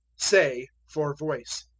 say for voice.